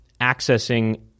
accessing